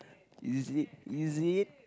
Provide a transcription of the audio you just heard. easily is it